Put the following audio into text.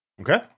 Okay